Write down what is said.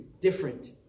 different